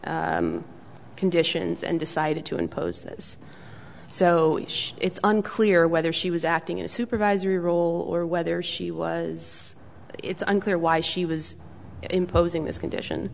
conditions and decided to impose this so it's unclear whether she was acting in a supervisory role or whether she was it's unclear why she was imposing this condition